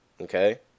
Okay